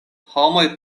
homoj